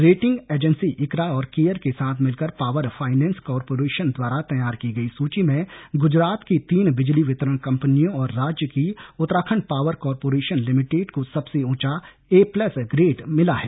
rating agency ICRA और केयर के साथ मिलकर पावर फाइनेंस कॉरपोरेशन द्वारातैयार की गई सूची में गुजरात की तीन बिजली वितरण कंपनियों और राज्य की उत्तराखंड पावर कॉरपोरेशन लिमिटेड को सबसे ऊंचा ए प्लस ग्रेड मिला है